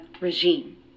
regime